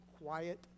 quiet